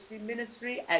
Ministry